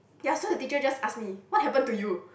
ya so the teacher just ask me what happen to you